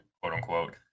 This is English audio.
quote-unquote